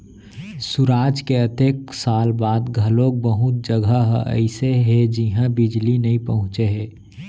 सुराज के अतेक साल बाद घलोक बहुत जघा ह अइसे हे जिहां बिजली नइ पहुंचे हे